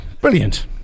Brilliant